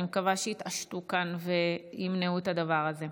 אני מקווה שיתעשתו כאן וימנעו את הדבר הזה.